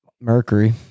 mercury